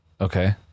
okay